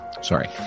Sorry